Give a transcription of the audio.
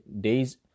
days